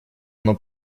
оно